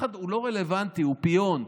הוא לא רלוונטי, הוא פיון.